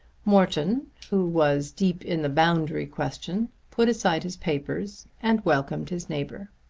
morton who was deep in the boundary question put aside his papers and welcomed his neighbour.